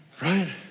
Right